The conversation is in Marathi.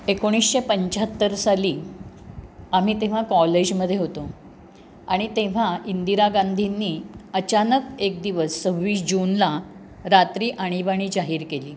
एकोणीसशे पंच्याहत्तर साली आम्ही तेव्हा कॉलेजमध्ये होतो आणि तेव्हा इंदिरा गांधींनी अचानक एक दिवस सव्वीस जूनला रात्री आणीबाणी जाहीर केली